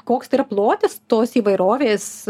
koks yra plotis tos įvairovės